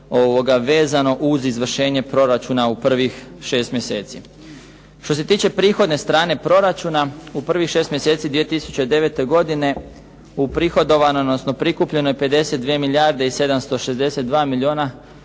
vezano uz izvršenje proračuna u prvih 6 mjeseci. Što se tiče prihodne strane proračuna u prvih 6 mjeseci 2009. godine uprihodovano je, odnosno prikupljeno je 52 milijarde i 762 milijuna